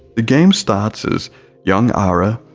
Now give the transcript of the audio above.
the game starts as young ara,